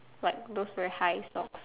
like those very high socks